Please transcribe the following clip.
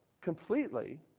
completely